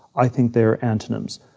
i think they're antonyms.